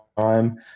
time